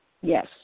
Yes